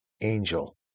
angel